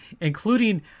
including